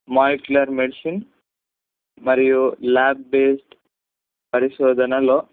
molecular medicine మరియు lab based పరిశోధనలో